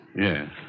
Yes